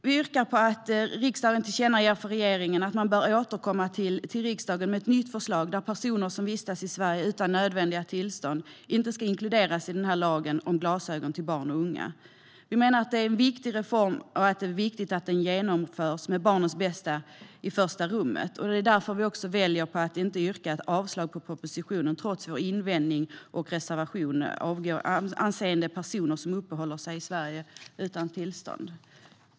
Vi yrkar på att riksdagen tillkännager för regeringen att man bör återkomma till riksdagen med ett nytt förslag, där personer som vistas i Sverige utan nödvändiga tillstånd inte ska inkluderas i lagen om glasögon till barn och unga. Vi menar att detta är en viktig reform och att det är viktigt att den genomförs med barnens bästa i första rummet. Därför väljer vi att inte yrka avslag på propositionen, trots vår invändning och reservation avseende personer som uppehåller sig i Sverige utan tillstånd.